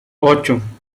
ocho